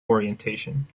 orientation